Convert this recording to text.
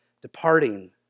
departing